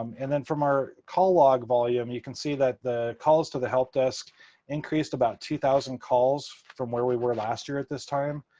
um and then from our call log volume, you can see that the calls to the help desk increased about two thousand calls from where we were last year at this time.